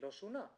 לא שונה.